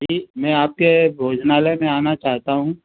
जी मैं आपके भोजनालय में आना चाहता हूँ